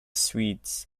swedes